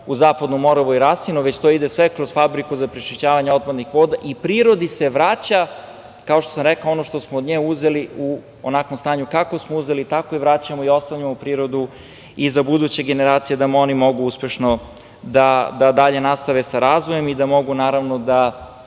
u Zapadnu Moravu i Rasinu, već to ide sve kroz fabriku za prečišćavanje otpadnih voda i prirodi se vraća, kao što sam rekao, ono što smo od nje uzeli. U onakvom stanju kako smo uzeli tako i vraćamo i ostavljamo prirodu i za buduće generacije, da oni mogu uspešno da dalje nastave sa razvojem i da mogu da